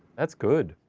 that's good.